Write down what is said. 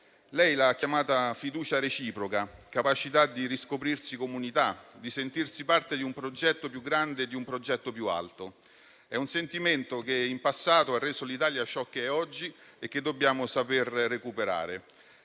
Lei ha parlato di fiducia reciproca, di capacità di riscoprirsi comunità, di sentirsi parte di un progetto più grande e più alto, un sentimento che in passato ha reso l'Italia ciò che è oggi e che dobbiamo saper recuperare.